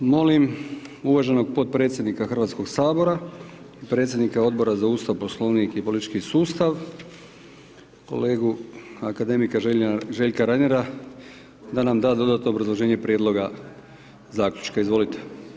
Molim uvaženog potpredsjednika Hrvatskog sabora i predsjednika Odbora za Ustav, Poslovnik i politički sustav kolegu akademika Željka Reinera da nam da dodatno obrazloženje prijedloga zaključka, izvolite.